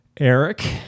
Eric